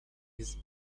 his